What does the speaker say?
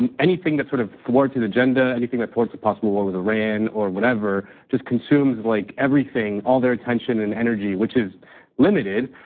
um anything that sort of thwart his agenda, anything that thwarts a possible war with iran or whatever, just consumes like everything, other attention and energy which is limited.